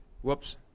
Whoops